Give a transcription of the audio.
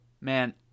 Man